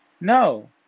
No